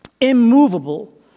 immovable